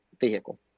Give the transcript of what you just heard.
vehicle